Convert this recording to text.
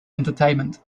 entertainment